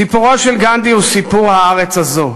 סיפורו של גנדי הוא סיפור הארץ הזאת,